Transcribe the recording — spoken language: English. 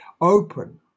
open